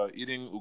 eating